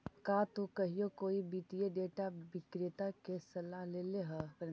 का तु कहियो कोई वित्तीय डेटा विक्रेता के सलाह लेले ह?